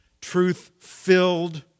truth-filled